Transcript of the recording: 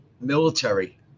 military